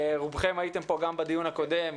רובכם הייתם כאן גם בדיון הקודם,